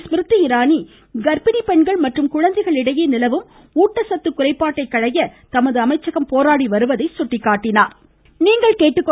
ஸ்மிருதி இரானி காப்பிணி பெண்கள் மற்றும் குழந்தைகள் இடையே நிலவும் ஊட்டச்சத்து குறைபாட்டை களைய தமது அமைச்சகம் போராடி வருவதை எடுத்துரைத்தாா்